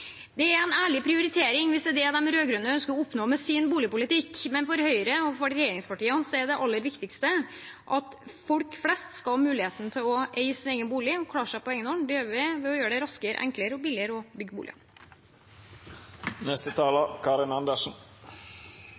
Det er en ærlig prioritering hvis det er det de rød-grønne ønsker å oppnå med sin boligpolitikk, men for Høyre og for regjeringspartiene er det aller viktigste at folk flest skal ha muligheten til å eie sin egen bolig og klare seg på egen hånd. Det gjør vi ved å gjøre det raskere, enklere og billigere å bygge